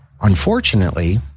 Unfortunately